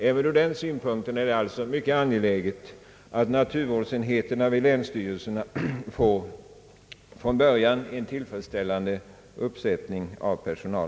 Även ur den synpunkten är det alltså mycket angeläget att naturvårdsenheterna vid länsstyrelserna från början får en tillfredsställande uppsättning av personal.